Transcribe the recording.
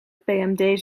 pmd